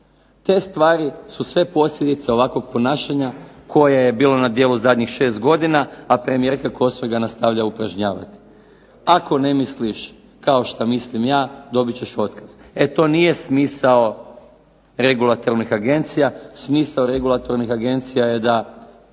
Te stvari su sve posljedice ovakvog ponašanja koje je bilo na djelu zadnjih 6 godina, a premijerka Kosor ga nastavlja upražnjavati. Ako ne misliš kao šta mislim ja, dobit ćeš otkaz. E to nije smisao regulatornih agencija. Smisao regulatornih agencija je da